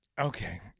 Okay